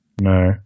No